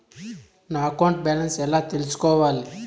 నా account balance ఎలా తెల్సుకోవాలి